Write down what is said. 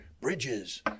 bridges